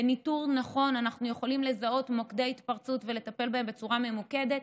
בניטור נכון אנחנו יכולים לזהות מוקדי התפרצות ולטפל בהם בצורה ממוקדת.